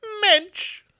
mensch